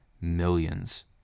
millions